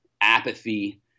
apathy